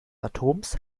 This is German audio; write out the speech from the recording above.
atoms